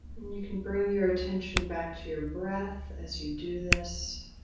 you can bring your attention back to your breath as you do this